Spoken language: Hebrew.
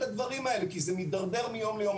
הדברים האלה כי זה מתדרדר מיום ליום.